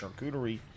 Charcuterie